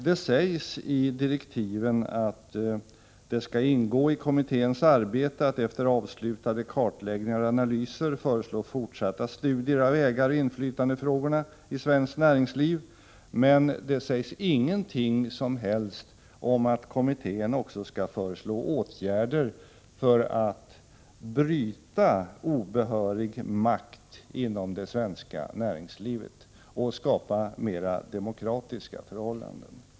Det sägs bl.a. i direktiven: ”Det bör också ingå i kommitténs arbete att efter avslutade kartläggningar och analyser föreslå fortsatta studier av ägaroch inflytandefrågor i svenskt näringsliv.” Det sägs ingenting i direktiven om att kommittén också skall föreslå åtgärder för att bryta obehörig makt inom det svenska näringslivet och skapa mera demokratiska förhållanden.